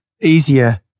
easier